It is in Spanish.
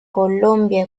colombia